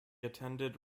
attended